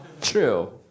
True